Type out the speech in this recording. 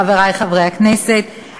חברי חברי הכנסת,